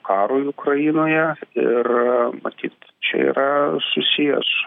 karui ukrainoje ir matyt čia yra susiję su